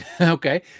Okay